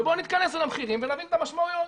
ובואו נתכנס אל המחירים ונבין את המשמעויות.